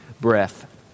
breath